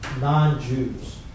non-Jews